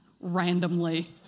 randomly